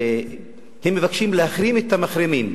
הם מבקשים להחרים את המחרימים.